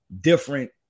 Different